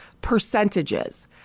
percentages